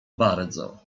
bardzo